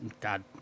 God